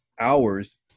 hours